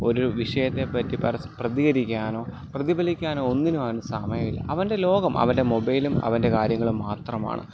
ഒരു വിഷയത്തെപ്പറ്റി പ്രതികരിക്കാനോ പ്രതിഫലിപ്പിക്കാനോ ഒന്നിനും അവന് സമയമില്ല അവൻ്റെ ലോകം അവൻ്റെ മൊബൈലും അവൻ്റെ കാര്യങ്ങളും മാത്രമാണ്